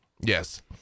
Yes